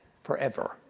forever